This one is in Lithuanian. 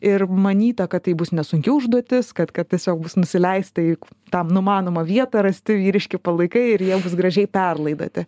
ir manyta kad tai bus nesunki užduotis kad kad tiesiog bus nusileista į tam numanomą vietą rasti vyriški palaikai ir jie gražiai perlaidoti